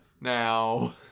Now